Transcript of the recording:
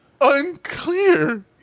unclear